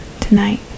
tonight